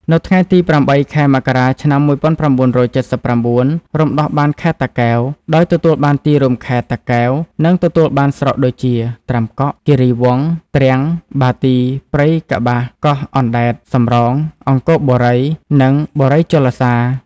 នៅថ្ងៃទី ០៨ ខែមករា ឆ្នាំ ១៩៧៩ រំដោះបានខេត្តតាកែវ ដោយទទួលបានទីរួមខេត្ត តាកែវ និងទទួលបានស្រុកដូចជា ត្រាំកក់ គីរីវង្ស ទ្រាំង បាទី ព្រៃកប្បាស កោះអណ្តែត សំរោង អង្គរបូរី និងបូរីជលសារ។